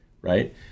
right